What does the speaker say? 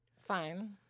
fine